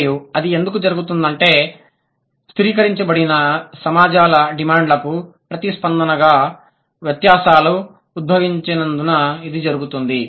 మరియు అది ఎందుకు జరుగుతుందంటే స్థిరీకరించబడిన సమాజాల డిమాండ్లకు ప్రతిస్పందనగా వ్యత్యాసాలు ఉద్భవించినందున ఇది జరుగుతుంది